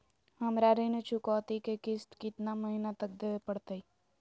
हमरा ऋण चुकौती के किस्त कितना महीना तक देवे पड़तई?